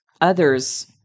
others